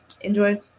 enjoy